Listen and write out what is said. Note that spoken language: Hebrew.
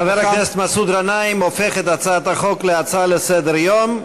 חבר הכנסת מסעוד גנאים הופך את הצעת החוק להצעה לסדר-היום.